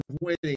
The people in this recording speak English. winning